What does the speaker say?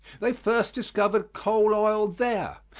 they first discovered coal oil there.